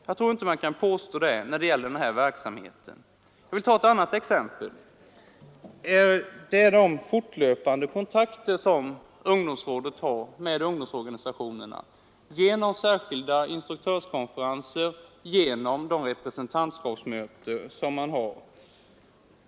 Jag tror inte man kan påstå detta när det gäller denna verksamhet. Låt oss ta ett annat exempel. Det gäller de fortlöpande kontakter som ungdomsrådet har med ungdomsorganisationerna genom särskilda instruktörskonferenser och genom de representantskapsmöten som man har.